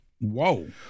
Whoa